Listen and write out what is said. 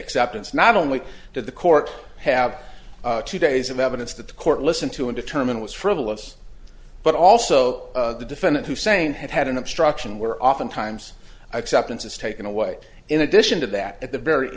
acceptance not only to the court have two days of evidence that the court listen to and determine was frivolous but also the defendant hussein had had an obstruction where oftentimes i accepted his taken away in addition to that at the very